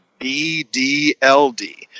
BDLD